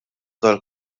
tal